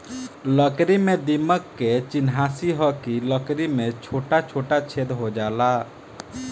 लकड़ी में दीमक के चिन्हासी ह कि लकड़ी में छोटा छोटा छेद हो जाला